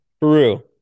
Peru